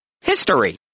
history